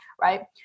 right